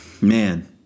man